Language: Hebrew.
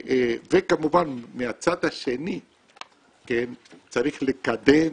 וכמובן מהצד השני צריך לקדם